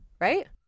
right